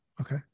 Okay